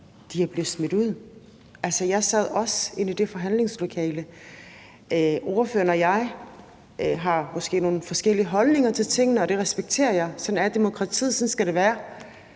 man er blevet smidt ud. Jeg sad også inde i det forhandlingslokale. Ordføreren og jeg har måske nogle forskellige holdninger til tingene, og det respekterer jeg, for sådan er demokratiet, og sådan skal det være,